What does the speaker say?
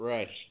Right